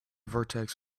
vertex